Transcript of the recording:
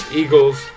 eagles